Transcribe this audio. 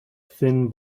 thin